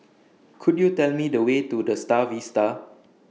Could YOU Tell Me The Way to The STAR Vista